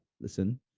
Listen